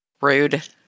rude